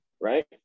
right